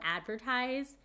advertise